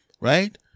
right